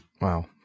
Wow